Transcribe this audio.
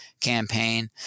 campaign